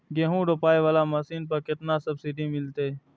गेहूं रोपाई वाला मशीन पर केतना सब्सिडी मिलते?